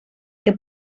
que